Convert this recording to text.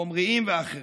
החומריים והאחרים.